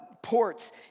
ports